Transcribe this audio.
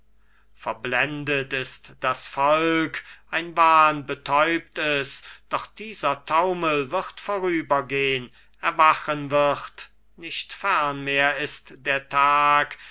verblendet ist das volk ein wahn betäubt es doch dieser taumel wird vorübergehn erwachen wird nicht fern mehr ist der tag